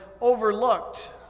overlooked